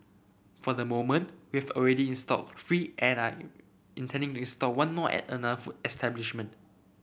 for the moment we have already installed three and intending to install one more at another food establishment